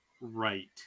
right